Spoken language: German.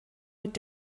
mit